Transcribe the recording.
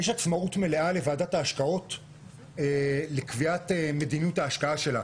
שיש עצמאות מלאה לוועדת ההשקעות לקביעת מדיניות ההשקעה שלה.